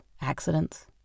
accidents